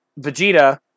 Vegeta